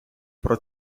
про